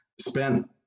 spent